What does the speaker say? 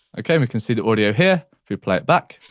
okay, we can see the audio here, if we play it back,